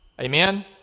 Amen